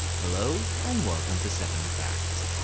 hello and welcome to seven facts.